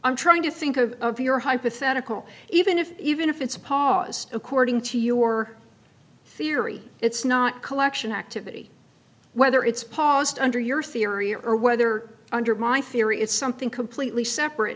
i'm trying to think of your hypothetical even if even if it's a pause according to your theory it's not collection activity whether it's paused under your theory or whether under my theory it's something completely separate